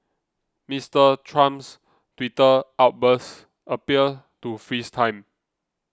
Mister Trump's Twitter outbursts appear to freeze time